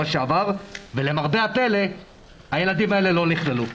שעבר ולמרבה הפלא הילדים האלה לא נכללו.